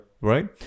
right